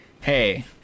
Hey